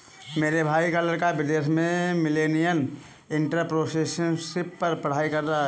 मेरे भाई का लड़का विदेश में मिलेनियल एंटरप्रेन्योरशिप पर पढ़ाई कर रहा है